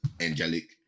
angelic